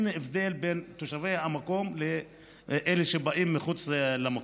הבדל בין תושבי המקום לאלה שבאים מחוץ למקום.